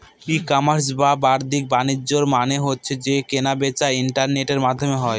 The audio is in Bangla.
ই কমার্স বা বাদ্দিক বাণিজ্য মানে হচ্ছে যে কেনা বেচা ইন্টারনেটের মাধ্যমে হয়